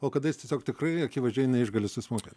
o kada jis tiesiog tikrai akivaizdžiai neišgali susmulkinti